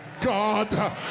God